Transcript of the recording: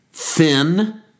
Thin